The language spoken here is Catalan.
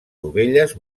dovelles